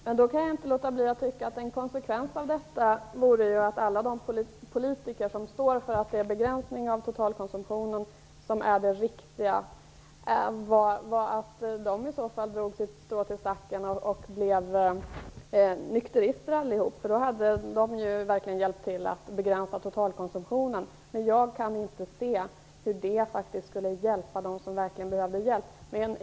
Herr talman! Jag kan inte låta bli att tycka att som en konsekvens av detta borde de politiker som står för en begränsning av totalkonsumtionen dra sitt strå till stacken och bli nykterister allihop. Då hade de ju verkligen hjälpt till att begränsa totalkonsumtionen. Men jag kan inte se hur det faktiskt skulle hjälpa dem som verkligen behövde hjälp.